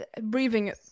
breathing